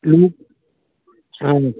ꯂꯣꯡꯎꯞ ꯑꯪ